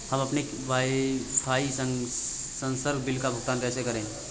हम अपने वाईफाई संसर्ग बिल का भुगतान कैसे करें?